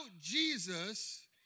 Jesus